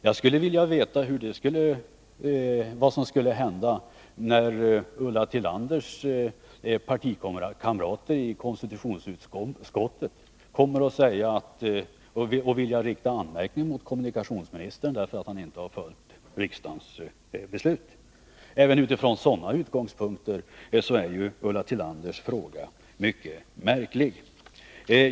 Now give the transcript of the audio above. Det vore intressant att få veta vad som skulle hända när Ulla Tillanders partikamrater i konstitutionsutskottet skulle vilja rikta en anmärkning mot kommunikationsministern för att han inte har följt riksdagens beslut. Även utifrån konstitutionella utgångspunkter är Ulla Tillanders fråga mycket märklig.